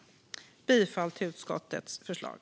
Jag yrkar bifall till utskottets förslag.